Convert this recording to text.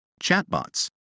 Chatbots